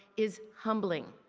is humbling.